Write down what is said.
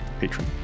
patron